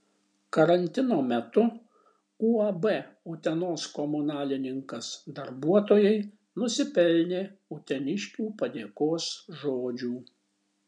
karantino metu uab utenos komunalininkas darbuotojai nusipelnė uteniškių padėkos žodžių